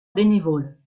bénévole